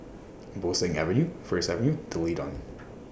Bo Seng Avenue First Avenue D'Leedon